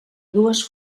dues